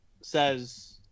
says